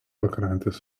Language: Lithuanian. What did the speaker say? pakrantės